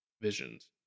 visions